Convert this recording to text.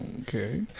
Okay